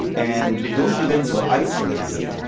and those events are isolated,